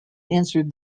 answered